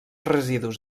residus